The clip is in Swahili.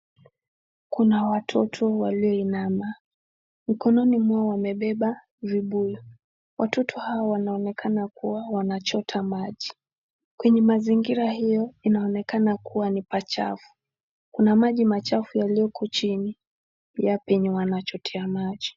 Kuna watoto walio inama mkononi mwao wamebeba vibuyu. Watoto hawa wanaonekana kuwa wanachota maji. Kwenye mazingira hiyo inaonekana kuwa ni pachafu. Kuna maji machafu yaliyoko chini pia penye wanachotea maji.